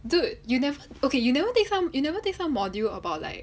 dude you never okay you never take some you never take some module about like